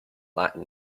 latin